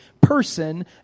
person